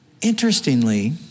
interestingly